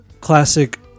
classic